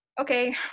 okay